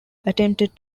attempted